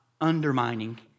undermining